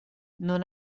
non